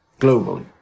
globally